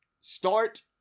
start